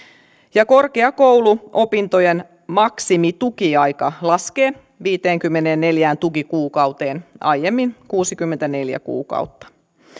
ja korkeakouluopintojen maksimitukiaika laskee viiteenkymmeneenneljään tukikuukauteen aiemmin kuusikymmentäneljä kuukautta